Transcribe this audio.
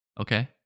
okay